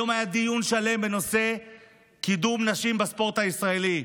היום היה דיון שלם בנושא קידום נשים בספורט הישראלי,